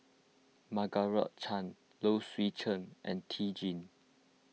Margaret Chan Low Swee Chen and Lee Tjin